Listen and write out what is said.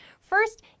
First